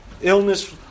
illness